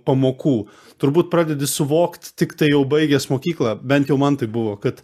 pamokų turbūt pradedi suvokt tiktai jau baigęs mokyklą bent jau man tai buvo kad